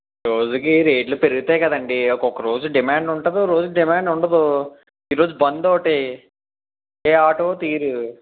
రోజుకి రేట్లు పెరుగుతాయి కదండి ఒక్కోక రోజు డిమాండ్ ఉంటుంది ఒక్కో రోజు డిమాండ్ ఉండదు ఈ రోజు బంద్ ఒకటి ఏ ఆటో తియ్యరు